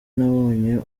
nabonye